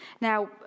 Now